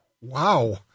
Wow